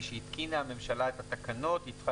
משהתקינה הממשלה את התקנות היא צריכה